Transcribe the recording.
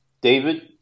David